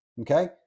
okay